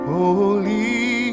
Holy